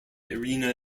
arena